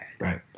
Right